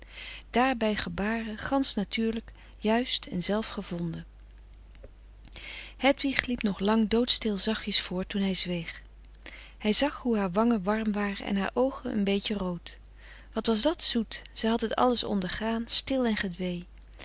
daarbij gebaren gansch natuurlijk juist en zelf gevonden hedwig liep nog lang doodstil zachtjens voort toen hij zweeg hij zag hoe haar wangen warm waren en haar oogen een beetje rood wat was dat zoet zij had het alles ondergaan stil en gedwee